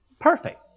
perfect